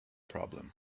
problem